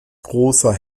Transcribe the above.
großer